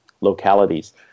localities